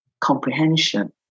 comprehension